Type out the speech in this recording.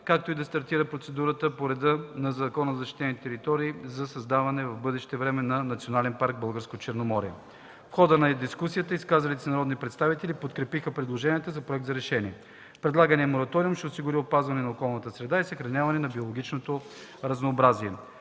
както и да стартира процедурата по реда на Закона за защитените територии за създаване в бъдеще време на национален парк „Българско Черноморие”. В хода на дискусията изказалите се народни представители подкрепиха предложения проект за решение. Предлаганият мораториум ще осигури опазването на околната среда и съхраняването на биологичното разнообразие.